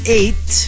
eight